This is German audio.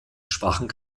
schwachen